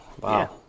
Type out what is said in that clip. Wow